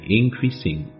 increasing